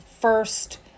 first